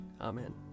Amen